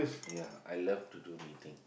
ya I love to do knitting